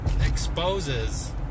exposes